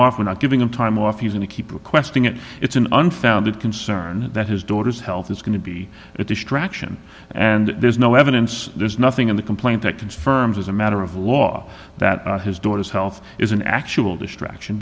off not giving him time off even to keep questioning it it's an unfounded concern that his daughter's health is going to be a distraction and there's no evidence there's nothing in the complaint that confirms as a matter of law that his daughter's health is an actual distraction